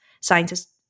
scientists